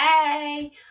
Hey